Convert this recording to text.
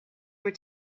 were